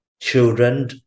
Children